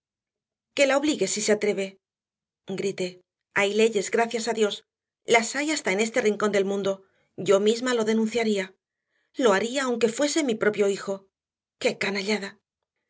que la obligue si se atreve grité hay leyes gracias a dios las hay hasta en este rincón del mundo yo misma lo denunciaría lo haría aunque fuese mi propio hijo qué canallada